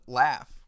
laugh